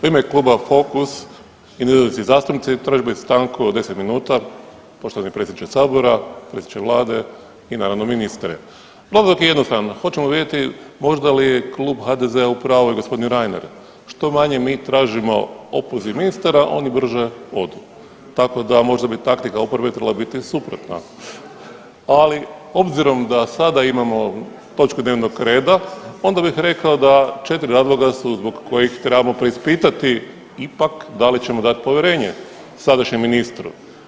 U ime Kluba Fokus i nezavisni zastupnici tražimo stanku od 10 minuta, poštovani predsjedniče sabora, predsjedniče vlade i naravno ministre. … [[Govornik se ne razumije]] je jednostavno, hoćemo vidjeti može li Klub HDZ-a, u pravu je g. Reiner, što manje mi tražimo opoziv ministara oni brže odu, tako da možda bi taktika upravo trebala biti suprotna, ali obzirom da sada imamo točku dnevnog reda onda bih rekao da 4 razloga su zbog kojih trebamo preispitati ipak da li ćemo dat povjerenje sadašnjem ministru.